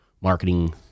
Marketing